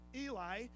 eli